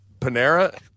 Panera